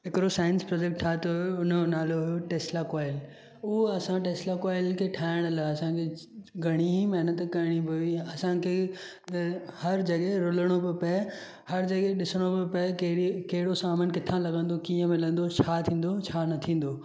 हिकिड़ो science project ठातो हुयो हुन जो नालो हुयो टेस्ला कॉइल उहो असां टेस्ला कॉइल खे ठाहिण लाइ असांखे घणी ई महिनतु करिणी पई हुई असांखे हर जॻहि रुलणो पियो पए हर जॻहि ॾिसिणो पियो पए कहिड़ी कहिड़ो सामानु किथां लॻंदो कीअं मिलंदो छा थींदो छा न थींदो